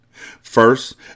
First